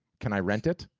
can i rent it?